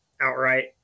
outright